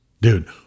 dude